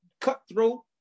cutthroat